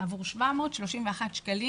עבור 731 שקלים.